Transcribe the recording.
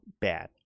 bad